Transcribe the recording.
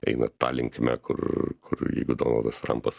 eina ta linkme kur kur jeigu donaldas trampas